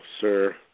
Sir